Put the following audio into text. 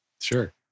Sure